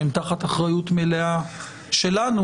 שהם תחת אחריות מלאה שלנו,